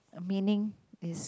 a meaning is